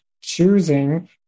choosing